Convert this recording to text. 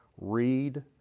read